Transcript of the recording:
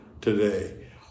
today